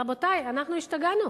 רבותי, אנחנו השתגענו.